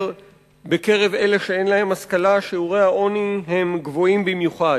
בקרב אלה שאין להם השכלה שיעורי העוני גבוהים במיוחד.